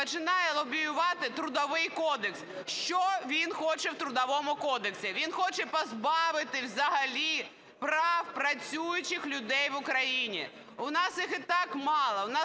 починає лобіювати Трудовий кодекс. Що він хоче в Трудовому кодексі. Він хоче позбавити взагалі прав працюючих людей в Україні. У нас їх і так мало.